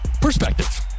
perspective